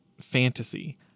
fantasy